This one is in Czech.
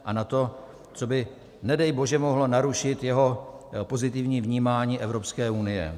A na to, co by nedej bože mohlo narušit jeho pozitivní vnímání Evropské unie.